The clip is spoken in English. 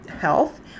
health